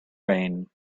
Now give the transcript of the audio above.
rain